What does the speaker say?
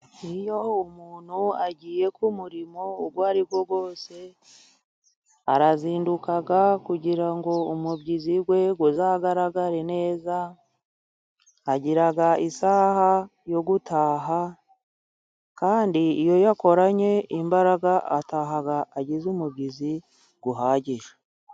Iyo umuntu agiye ku muririmo uwo ari wo wose arazinduka, kugira ngo umubyizi we uzagaragare neza. Agira isaha yo gutaha, kandi iyo yakoranye imbaraga ataha agize umubyizi uhagije.